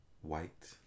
White